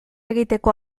egiteko